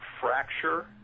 fracture